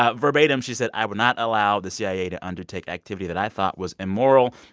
ah verbatim she said, i will not allow the cia to undertake activity that i thought was immoral,